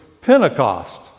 Pentecost